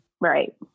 Right